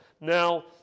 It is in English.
Now